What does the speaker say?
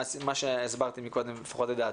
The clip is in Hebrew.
מה שהסברתי מקודם לפחות לדעתי,